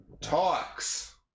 talks